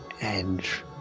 edge